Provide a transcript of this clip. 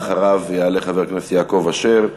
אחריו יעלה חבר הכנסת יעקב אשר,